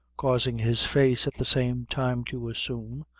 causing his face at the same time to assume,